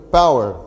power